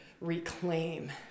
reclaim